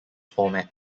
format